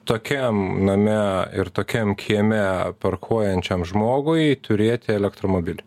tokiam name ir tokiam kieme parkuojančiam žmogui turėti elektromobilį